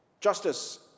Justice